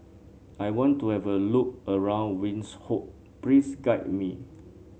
I want to have a look around Windhoek please guide me